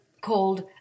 called